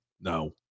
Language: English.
No